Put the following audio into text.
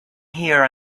here